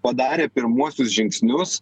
padarė pirmuosius žingsnius